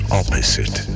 opposite